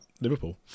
Liverpool